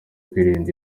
kwirinda